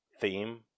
theme